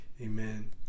amen